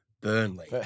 Burnley